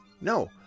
No